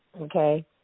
Okay